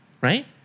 right